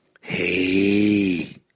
Hey